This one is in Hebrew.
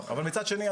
אבל מצד שני,